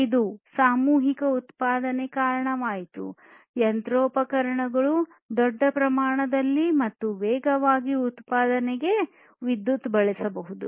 ಇದು ಸಾಮೂಹಿಕ ಉತ್ಪಾದನೆಗೆ ಕಾರಣವಾಯಿತು ಯಂತ್ರೋಪಕರಣಗಳು ದೊಡ್ಡ ಪ್ರಮಾಣದಲ್ಲಿ ಮತ್ತು ವೇಗವಾಗಿ ಉತ್ಪಾದನೆಗೆ ವಿದ್ಯುತ್ ಬಳಸಬಹುದು